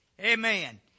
Amen